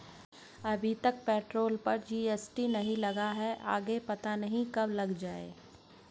अभी तक तो पेट्रोल पर जी.एस.टी नहीं लगा, आगे पता नहीं कब लग जाएं